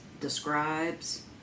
describes